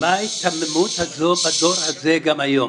מה ההיתממות הזאת, בדור הזה גם היום.